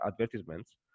advertisements